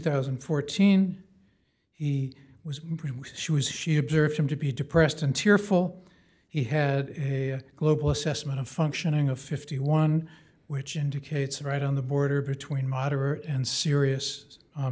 thousand and fourteen he was removed she was she observed him to be depressed and tearful he had a global assessment of functioning of fifty one which indicates right on the border between moderate and serious